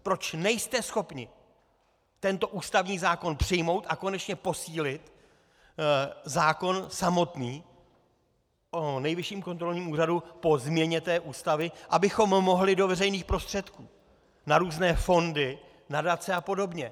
Proč nejste schopni tento ústavní zákon přijmout a konečně posílit zákon samotný o Nejvyšším kontrolním úřadu po změně Ústavy, abychom mohli do veřejných prostředků, na různé fondy, nadace a podobně?